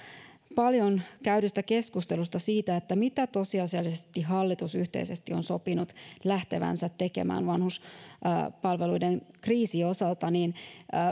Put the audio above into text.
paljon käydystä keskustelusta siitä mitä tosiasiallisesti hallitus yhteisesti on sopinut lähtevänsä tekemään vanhuspalveluiden kriisin osalta